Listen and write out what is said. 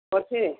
ଅଛେ